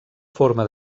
forma